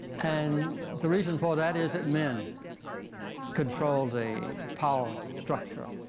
and the reason for that is that men control the power structure